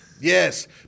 yes